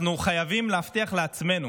אנחנו חייבים להבטיח לעצמנו